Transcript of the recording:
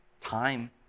time